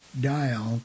dial